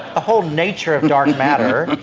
ah whole nature of dark matter